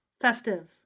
Festive